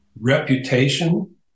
Reputation